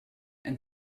and